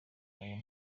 nayo